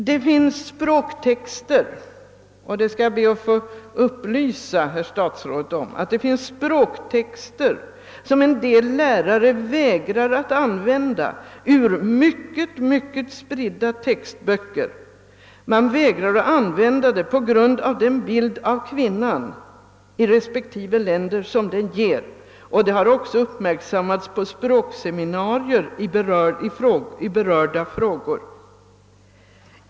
I mycket spridda textböcker finns det språktexter — det skall jag be att få upplysa statsrådet om — som en del lärare vägrar att använda på grund av den bild av kvinnan i respektive länder som de ger. Detta har också uppmärksammats på språkseminarier i berörda frågor.